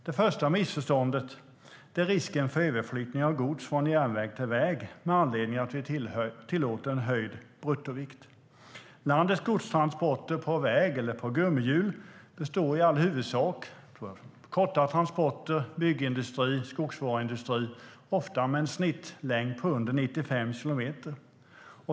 Det första missförståndet är risken för överflyttning av gods från järnväg till väg med anledning av att vi tillåter en ökad bruttovikt. Landets godstransporter på väg, eller på gummihjul, består i all huvudsak av kortare transporter för byggindustri och skogsvaruindustri, ofta med en snittlängd på under 95 kilometer.